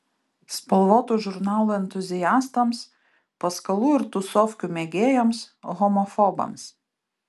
spalvotų žurnalų entuziastams paskalų ir tusovkių mėgėjams homofobams